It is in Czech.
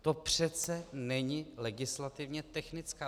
To přece není legislativně technická.